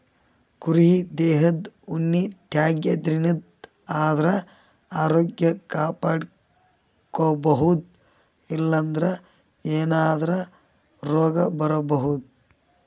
ಕುರಿ ದೇಹದ್ ಉಣ್ಣಿ ತೆಗ್ಯದ್ರಿನ್ದ ಆದ್ರ ಆರೋಗ್ಯ ಕಾಪಾಡ್ಕೊಬಹುದ್ ಇಲ್ಲಂದ್ರ ಏನಾದ್ರೂ ರೋಗ್ ಬರಬಹುದ್